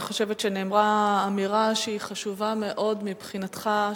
אני חושבת שנאמרה אמירה חשובה מאוד מבחינתך,